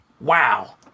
wow